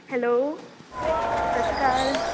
hello ਸਤਿ ਸ਼੍ਰੀ ਅਕਾਲ